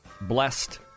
blessed